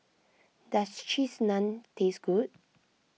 does Cheese Naan taste good